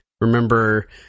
remember